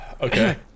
Okay